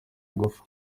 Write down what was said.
ingufu